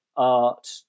art